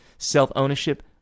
self-ownership